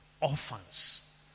orphans